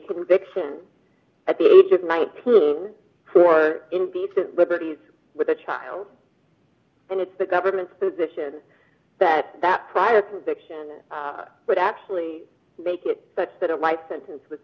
conviction at the age of nineteen for indecent liberties with a child and it's the government's position that that prior conviction would actually make it such that a life sentence was